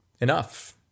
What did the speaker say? enough